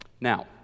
Now